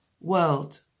world